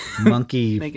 monkey